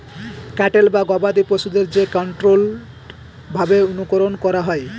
cattle বা গবাদি পশুদের যে কন্ট্রোল্ড ভাবে অনুকরন করা হয়